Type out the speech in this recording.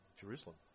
Jerusalem